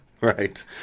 right